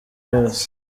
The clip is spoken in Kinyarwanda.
yose